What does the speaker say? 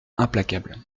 implacable